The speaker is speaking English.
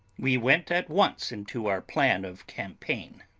we went at once into our plan of campaign.